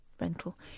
Rental